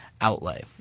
outlay